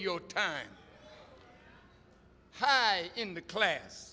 your time high in the class